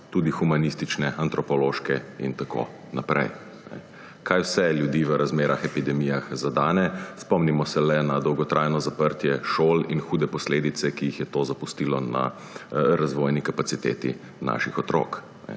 tudi humanistične, antropološke in tako naprej. Kaj vse ljudi v razmerah epidemije zadane. Spomnimo se le na dolgotrajno zaprtje šol in hude posledice, ki jih je to pustilo na razvojni kapaciteti naših otrok.